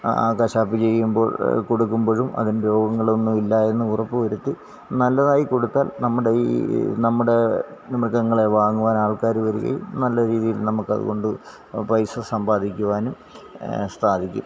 ആ കശാപ്പ് ചെയ്യുമ്പോൾ കൊടുക്കുമ്പോഴും അതിന് രോഗങ്ങളൊന്നും ഇല്ലായെന്ന് ഉറപ്പ് വരുത്തി നല്ലതായി കൊടുത്താൽ നമ്മുടെ ഈ നമ്മുടെ മൃഗങ്ങളെ വാങ്ങുവാൻ ആൾക്കാര് വരുകയും നല്ല രീതിയിൽ നമുക്കത് കൊണ്ട് പൈസ സമ്പാദിക്കുവാനും സാധിക്കും